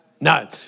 No